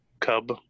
Cub